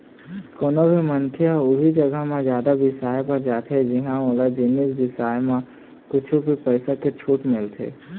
कोनो भी मनखे ह उही जघा जादा बिसाए बर जाथे जिंहा ओला जिनिस बिसाए म कुछ पइसा के छूट मिलथे